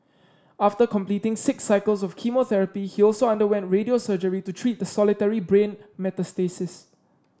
after completing six cycles of chemotherapy he also underwent radio surgery to treat the solitary brain metastasis